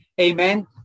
Amen